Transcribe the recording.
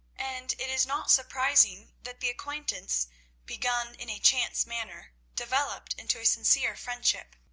and it is not surprising that the acquaintance begun in a chance manner developed into a sincere friendship.